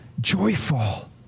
joyful